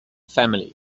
family